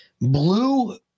Blue